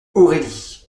aurélie